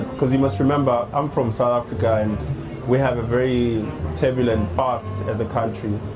cause you must remember, i'm from south africa and we have a very turbulent past as a country.